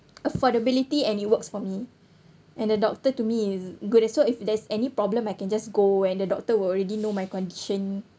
affordability and it works for me and the doctor to me is good also if there's any problem I can just go and the doctor will already know my condition